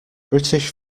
british